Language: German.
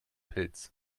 pilz